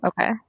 Okay